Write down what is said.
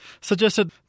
suggested